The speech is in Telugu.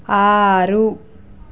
ఆరు